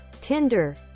Tinder